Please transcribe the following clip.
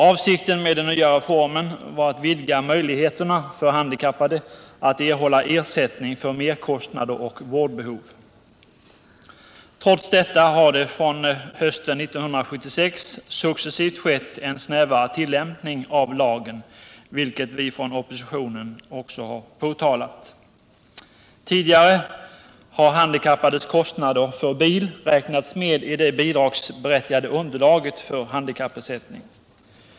Avsikten med den nya reformen var att vidga möjligheterna för handikappade att erhålla ersättning för merkostnader och nödvändig vård. Trots detta har det från hösten 1976 successivt skett en snävare tillämpning av lagen, vilket vi från oppositionen också har påtalat. Tidigare har handikappades kostnader för bil räknats med i det bidragsberättigade underlaget för handikappersättning.